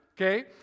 okay